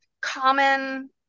common